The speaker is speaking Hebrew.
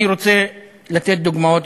אני רוצה לתת דוגמאות,